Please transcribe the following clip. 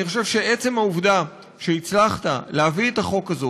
אני חושב שעצם העובדה שהצלחת להביא את החוק הזה